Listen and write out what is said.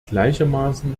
gleichermaßen